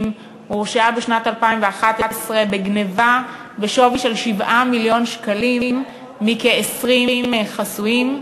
והורשעה בשנת 2011 בגנבה בשווי של 7 מיליון שקלים מכ-20 חסויים.